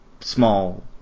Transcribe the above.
small